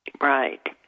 Right